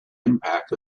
impact